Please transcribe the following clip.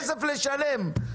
הצמצום הכואב הזה בשנת קורונה.